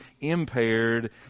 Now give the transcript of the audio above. impaired